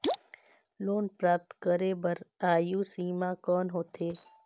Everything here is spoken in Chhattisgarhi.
लोन प्राप्त करे बर आयु सीमा कौन होथे?